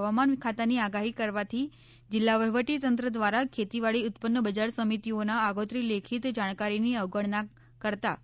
હવામાન ખાતાની આગાહી કરવાથી જિલ્લા વહીવટી તંત્ર દ્વારા ખેતી વાડી ઉત્પન્ન બજાર સમિતિઓને આગોતરી લેખિત જાણકારીની અવગણના કરતા